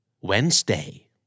Wednesday